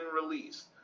released